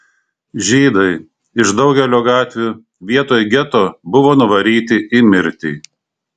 žydai iš daugelio gatvių vietoj geto buvo nuvaryti į mirtį